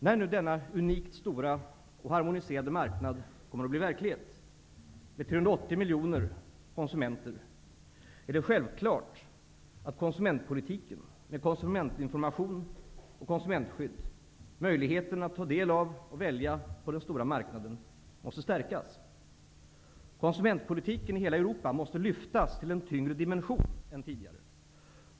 När nu denna unikt stora och harmoniserade marknad kommer att bli verklighet, med 380 miljoner konsumenter, är det självklart att konsumentpolitiken med konsumentinformation och konsumentskydd -- möjligheten att ta del av och välja på den stora marknaden -- måste stärkas. Konsumentpolitiken i hela Europa måste lyftas till en tyngre dimension än tidigare.